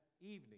evening